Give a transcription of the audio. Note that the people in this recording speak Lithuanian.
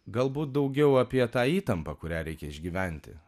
galbūt daugiau apie tą įtampą kurią reikia išgyventi